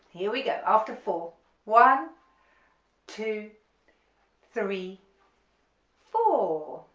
here we go, after four one two three four